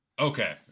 okay